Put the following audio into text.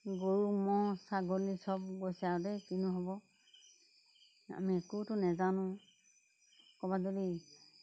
গৰু ম'হ ছাগলী চব পইচা দেই কিনো হ'ব আমি একোতো নেজানো ক'ৰবাত যদি